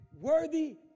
worthy